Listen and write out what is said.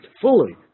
fully